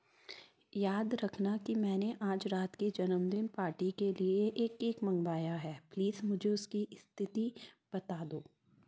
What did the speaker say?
याद रखना कि मैंने आज रात की जन्मदिन पार्टी के लिए एक केक मँगवाया है प्लीज़ मुझे उसकी स्थिति बता दो